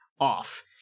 off